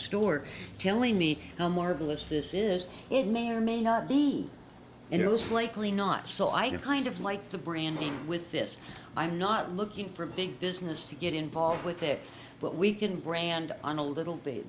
store telling me how marvelous this is it may or may not be and it was likely not so i kind of like the branding with this i'm not looking for a big business to get involved with there but we can brand on a little bit